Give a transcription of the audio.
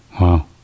Wow